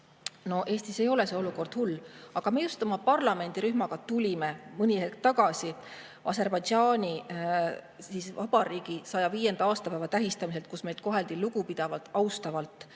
No Eestis ei ole see olukord hull. Aga me tulime oma parlamendirühmaga mõni aeg tagasi Aserbaidžaani Vabariigi 105. aastapäeva tähistamiselt, kus meid koheldi lugupidavalt, austavalt